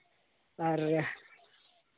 ᱟᱨ